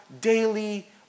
daily